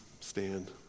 stand